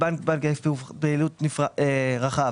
בנק בעל היקף פעילות רחב